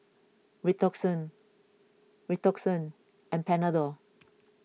Redoxon Redoxon and Panadol